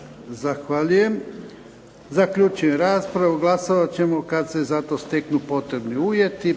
Zahvaljujem. Zaključujem raspravu. Glasovat ćemo kad se za to steknu potrebni uvjeti.